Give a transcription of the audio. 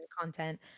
content